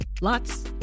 Lots